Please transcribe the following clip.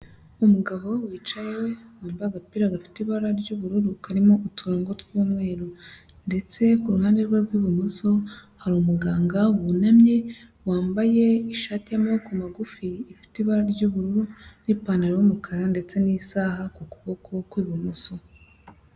Umugabo wicaye, wambaye agapira gafite ibara ry'ubururu karimo uturango tw'umweru ndetse ku ruhande rwe rw'ibumoso, hari umuganga wunamye, wambaye ishati y'amaboko magufi ifite ibara ry'ubururu n'ipantaro y'umukara ndetse n'isaha ku kuboko kw'ibumoso.